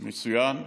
מצוין.